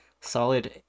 Solid